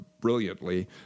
brilliantly